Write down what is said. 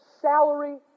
salary